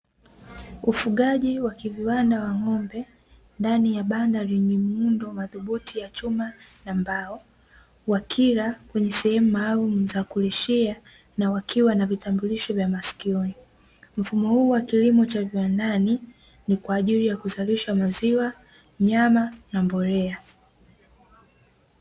Ufugaji wa kiviwanda wa ng'ombe, ndani ya banda lenye muundo madhubuti ya chuma na mbao, wakila kwenye sehemu maalumu za kulishia na wakiwa na vitambulisho vya masikini. Mfumo huu wa kilimo cha viwandani, ni kwa ajili ya kuzalisha maziwa nyama na mbolea.